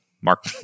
Mark